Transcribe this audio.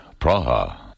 Praha